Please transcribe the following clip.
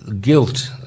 guilt